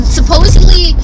Supposedly